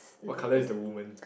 what colour is the woman